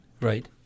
Right